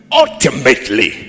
ultimately